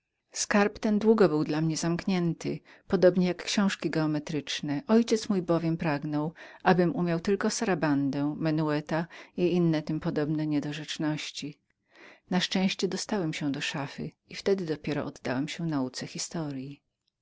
skarb ten długo był dla mnie zamkniętym jak również książki geometryczne ojciec mój bowiem pragnął abym umiał tylko sarabandę menueta i inne tym podobne niedorzeczności na szczęście dostałem się do szafy i wtedy dopiero oddałem się nauce historyi